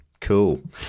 Cool